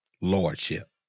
Lordship